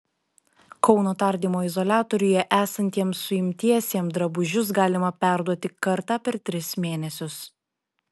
kauno tardymo izoliatoriuje esantiem suimtiesiem drabužius galima perduoti kartą per tris mėnesius